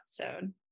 episode